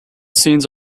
scenes